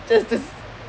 just just